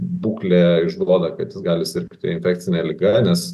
būklė išduoda kad jis gali sirgti infekcine liga nes